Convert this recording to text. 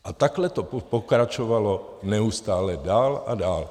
A takhle to pokračovalo neustále dál a dál.